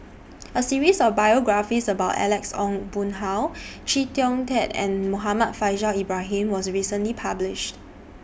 A series of biographies about Alex Ong Boon Hau Chee Kong Tet and Muhammad Faishal Ibrahim was recently published